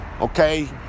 okay